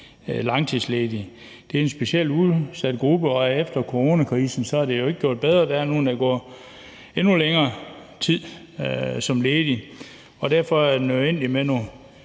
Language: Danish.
langtidsledige. Det er en specielt udsat gruppe, og efter coronakrisen er det jo ikke blevet bedre. Der er nogle, der har gået endnu længere tid som ledige, og derfor er det nødvendigt med